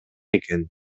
экен